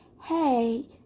hey